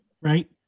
right